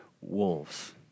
wolves